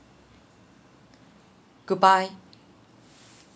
goodbye